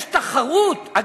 יש תחרות.